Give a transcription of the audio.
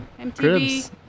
mtv